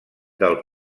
del